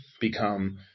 become